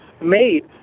made